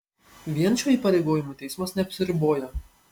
vien šiuo įpareigojimu teismas neapsiribojo